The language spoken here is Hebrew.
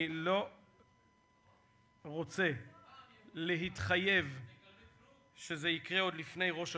זו תהיה קרנית פלוג?